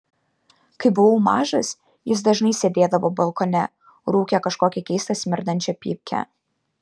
kai buvau mažas jis dažnai sėdėdavo balkone rūkė kažkokią keistą smirdinčią pypkę